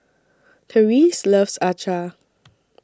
Therese loves Acar